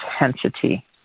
intensity